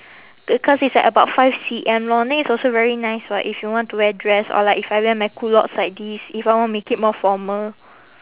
because it's like about five C_M long then it's also very nice [what] if you want to wear dress or like if I wear my culottes like this if I want make it more formal